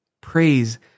praise